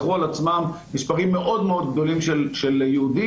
לקחו על עצמם מספרים מאוד מאוד גדולים של יהודים,